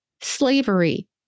slavery